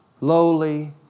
lowly